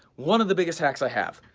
one of the biggest hack i have.